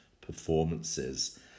performances